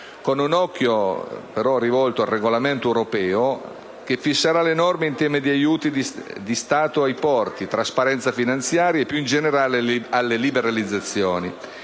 con un occhio però rivolto al regolamento europeo che fisserà le norme in tema di aiuti di Stato ai porti, trasparenza finanziaria e, più in generale, alle liberalizzazioni,